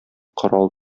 корал